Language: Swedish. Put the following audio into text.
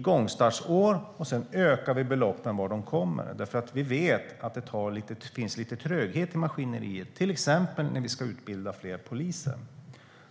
igångstartsår, och sedan ökar vi beloppen vartefter. Vi vet nämligen att det finns lite tröghet i maskineriet, till exempel när vi ska utbilda fler poliser.